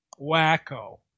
wacko